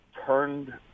turned